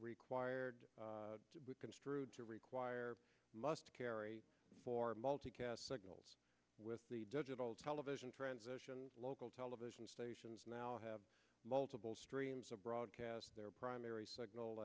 required to be construed to require must carry for multicast signals with the digital television transition local television stations now have multiple streams of broadcast their primary signal